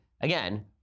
again